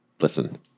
listen